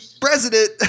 president